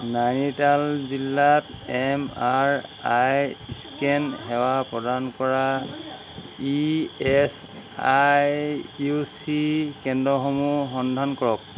নাইনিতাল জিলাত M R I scan সেৱা প্ৰদান কৰা E S I U C কেন্দ্ৰসমূহৰ সন্ধান কৰক